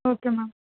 okay ma'am